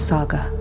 Saga